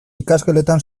ikasgeletan